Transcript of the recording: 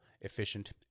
efficient